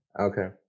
Okay